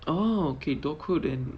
oh okay talk couldn't